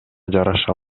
жараша